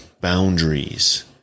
boundaries